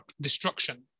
destruction